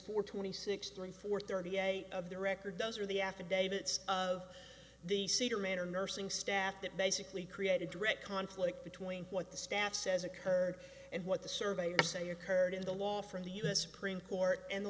for twenty six thirty four thirty eight of the record does or the affidavits of the cedar manor nursing staff that basically created direct conflict between what the staff says occurred and what the surveyor say occurred in the law from the u s supreme court and the